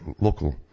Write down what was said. local